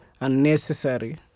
unnecessary